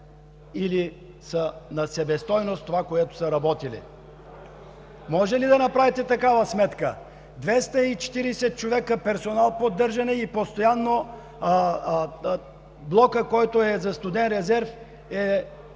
или са на себестойност – това, което са работили? Може ли да направите такава сметка – 240 човека персонал по поддържане, и блокът, който е за студен резерв, е,